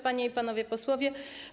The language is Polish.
Panie i Panowie Posłowie!